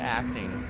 acting